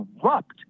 corrupt